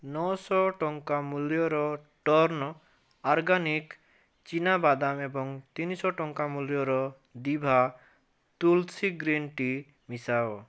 ନଅଶହ ଟଙ୍କା ମୂଲ୍ୟର ଟର୍ନ୍ ଆର୍ଗାନିକ୍ ଚିନା ବାଦାମ ଏବଂ ତିନିଶହ ଟଙ୍କା ମୂଲ୍ୟର ଦିଭା ତୁଲ୍ସୀ ଗ୍ରୀନ୍ ଟି ମିଶାଅ